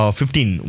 fifteen